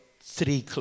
three